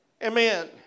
Amen